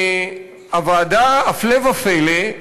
הוועדה, הפלא ופלא,